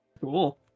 Cool